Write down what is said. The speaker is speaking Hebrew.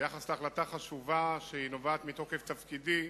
ביחס להחלטה חשובה, שנובעת מתוקף תפקידי,